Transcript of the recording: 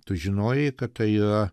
tu žinojai kad tai yra